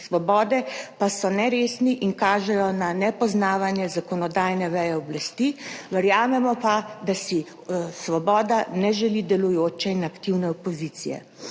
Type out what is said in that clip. pa so neresni in kažejo na nepoznavanje zakonodajne veje oblasti, verjamemo pa, da si Svoboda ne želi delujoče in aktivne opozicije.